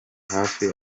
hafi